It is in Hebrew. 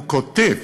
הוא כותב